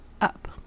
up